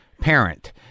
parent